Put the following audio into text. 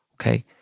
okay